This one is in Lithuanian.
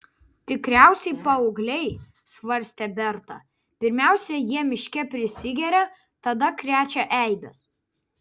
tikriausiai paaugliai svarstė berta pirmiausia jie miške prisigeria tada krečia eibes